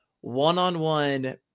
one-on-one